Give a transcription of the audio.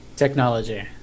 technology